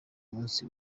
munsi